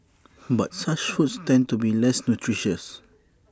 but such foods tend to be less nutritious